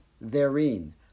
therein